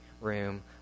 room